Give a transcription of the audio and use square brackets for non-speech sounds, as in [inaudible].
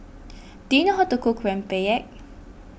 [noise] do you know how to cook Rempeyek